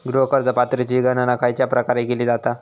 गृह कर्ज पात्रतेची गणना खयच्या प्रकारे केली जाते?